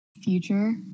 Future